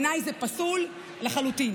זה פסול לחלוטין.